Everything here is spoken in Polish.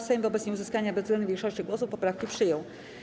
Sejm wobec nieuzyskania bezwzględnej większości głosów poprawki przyjął.